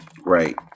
Right